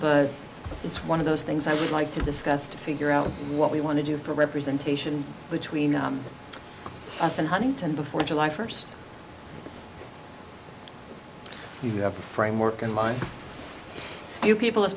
but it's one of those things i would like to discuss to figure out what we want to do for representation between us and huntington before july first you have a framework in mind few people